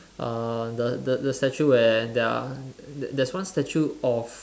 uh the the the statue where there are there's one statue of